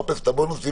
מחפש את הבונוסים,